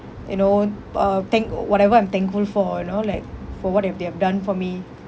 you know uh thank or whatever I'm thankful for you know like for what that they have done for me